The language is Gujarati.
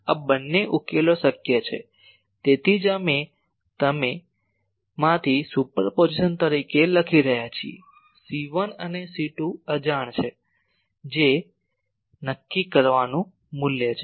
આ બંને ઉકેલો શક્ય છે તેથી જ અમે તેને તેમાંથી સુપરપોઝિશન તરીકે લખી રહ્યા છીએ C1 અને C2 અજાણ છે જે નક્કી કરવાનું મૂલ્ય છે